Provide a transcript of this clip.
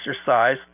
exercise